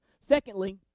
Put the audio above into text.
Secondly